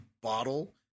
bottle